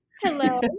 Hello